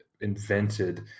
invented